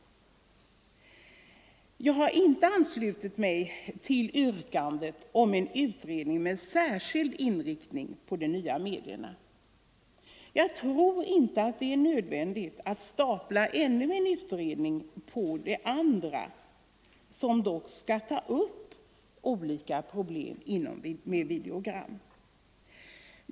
Jag har inte anslutit mig till yrkandet om en utredning med särskild inriktning på de nya medierna. Jag tror inte det är nödvändigt att stapla ännu en utredning på de andra, som dock skall ta upp olika problem med videoprogram.